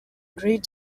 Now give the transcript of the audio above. agreed